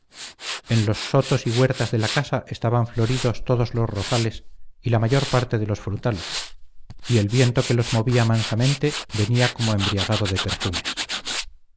en los sotos y huertas de la casa estaban floridos todos los rosales y la mayor parte de los frutales y el viento que los movía mansamente venía como embriagado de perfumes